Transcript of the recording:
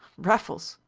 raffles,